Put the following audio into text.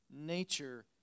nature